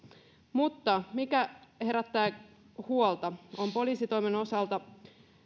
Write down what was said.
mutta mikä herättää huolta ja on poliisitoimen osalta